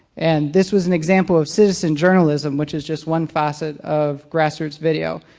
and this was an example of citizen journalism, which is just one facet of grassroots video.